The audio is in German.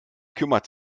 kümmert